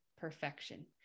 perfection